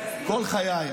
כל חיי,